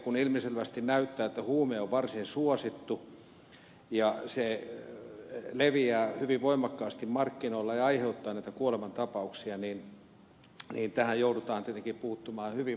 kun ilmiselvästi näyttää siltä että huume on varsin suosittu ja se leviää hyvin voimakkaasti markkinoilla ja aiheuttaa näitä kuolemantapauksia niin tähän joudutaan tietenkin puuttumaan hyvin maksimaalisella nopeudella mitä ed